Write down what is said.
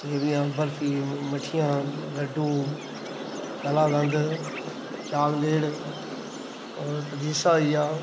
सेमियां बर्फी मट्ठियां लड्डू कलाकंद चाकलेट और पतीसा हई गेआ